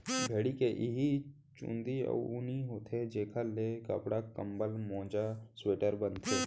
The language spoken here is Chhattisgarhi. भेड़िया के इहीं चूंदी ह ऊन होथे जेखर ले कपड़ा, कंबल, मोजा, स्वेटर बनथे